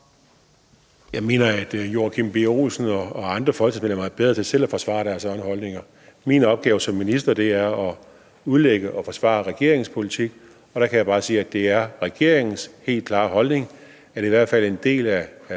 Jeg mener, at Joachim B. Olsen og andre folketingsmedlemmer er bedre til selv at forsvare deres holdninger. Min opgave som minister er at udlægge og forsvare regeringens politik, og der kan jeg bare sige, at det er regeringens helt klare holdning, at i hvert fald en del af